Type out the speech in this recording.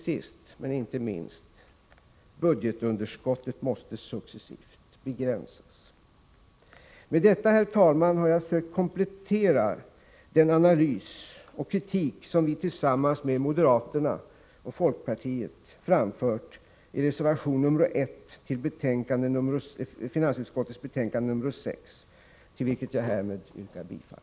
Sist men inte minst: Budgetunderskottet måste successivt begränsas. Med detta, herr talman, har jag sökt komplettera den analys och kritik som vi tillsammans med moderaterna och folkpartiet har framfört i reservation 1 till finansutskottets betänkande nr6, till vilken jag härmed yrkar bifall.